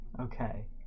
okay